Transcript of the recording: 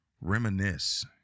reminisce